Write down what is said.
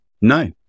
no